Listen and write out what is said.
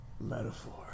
Metaphor